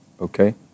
Okay